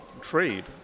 trade